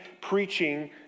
preaching